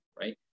right